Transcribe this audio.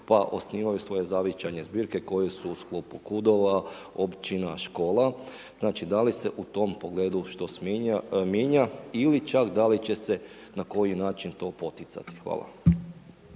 pa osnivaju svoje zavičajne zbirke koje su u sklopu kudova, općina, škola. Znači da li se u tom pogledu što mijenja ili čak da li će se na koji način to poticati? Hvala.